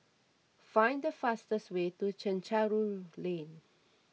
find the fastest way to Chencharu Lane